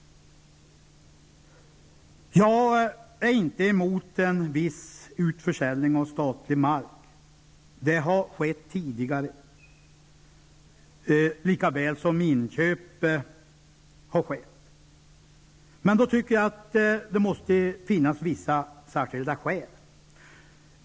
Jag är inte emot en viss utförsäljning av statlig mark -- det har skett tidigare, lika väl som inköp. Men då måste det finnas särskilda skäl.